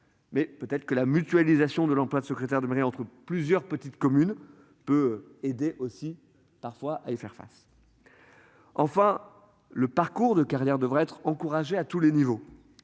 Mais peut-être que la mutualisation de l'emploi de secrétaire de mairie entre plusieurs petites communes peut aider aussi parfois et faire face. Enfin, le parcours de carrière devraient être encouragés à tous les niveaux.